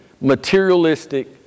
materialistic